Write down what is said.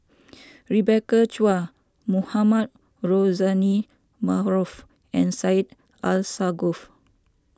Rebecca Chua Mohamed Rozani Maarof and Syed Alsagoff